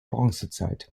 bronzezeit